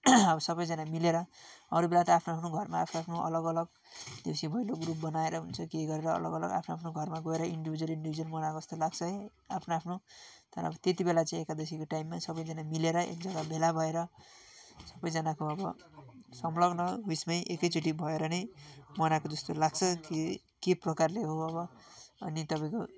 सबैजना मिलेर अरू बेला त आफ्नो आफ्नो घरमा आफ्नो आफ्नो अलग अलग देउसी भैलो ग्रुप बनाएर हुन्छ के गरेर अलग अलग आफ्नो आफ्नो घरमा गएर इन्डिभिउजल इन्डिभिउजल मनाएको जस्तो लाग्छ है आफ्नो आफ्नो तर अब त्यति बेला चाहिँ एकादशीको टाइममा सबैजना मिलेर एक जग्गा भेला भएर सबैजनाको अब संलग्न उइसमै एकैचोटि भएर नै मनाएको जस्तो लाग्छ कि के प्रकारले हो अब अनि तपाईँको